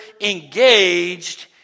engaged